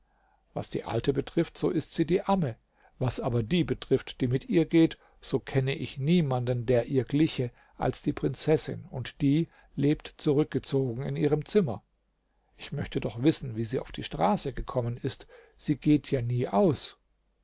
was die alte betrifft so ist sie die amme was aber die betrifft die mit ihr geht so kenne ich niemanden der ihr gliche als die prinzessin und die lebt zurückgezogen in ihrem zimmer ich möchte doch wissen wie sie auf die straße gekommen ist sie geht ja nie aus